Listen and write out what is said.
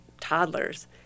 toddlers